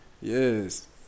Yes